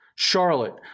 Charlotte